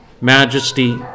majesty